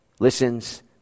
listens